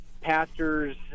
pastors